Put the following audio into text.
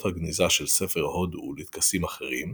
הגניזה של ספר הודו ולטקסטים אחרים,